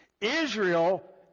Israel